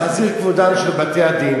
להחזיר את כבודם של בתי-הדין.